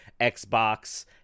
xbox